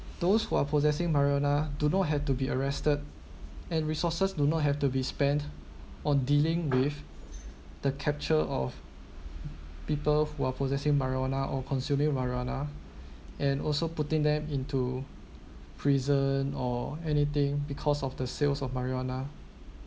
those who are possessing marijuana do not had to be arrested and resources do not have to be spent on dealing with the capture of people who are possessing marijuana or consuming verona and also putting them into prison or anything because of the sales of marijuana